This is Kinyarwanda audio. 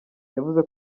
yavuze